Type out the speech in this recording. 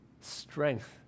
strength